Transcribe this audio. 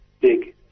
big